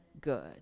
good